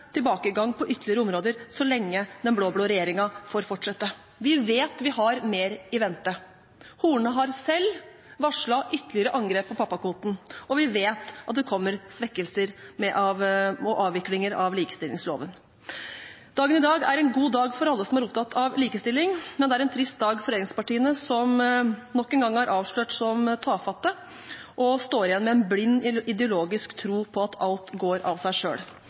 tilbakegang på ytterligere områder så lenge den blå-blå regjeringen får fortsette. Og vi vet at vi har mer i vente. Horne har selv varslet ytterligere angrep på pappakvoten, og vi vet at det kommer svekkelser og avviklinger med hensyn til likestillingsloven. Dagen i dag er en god dag for alle som er opptatt av likestilling, men det er en trist dag for regjeringspartiene, som nok en gang er avslørt som tafatte og står igjen med en blind, ideologisk tro på at alt går av seg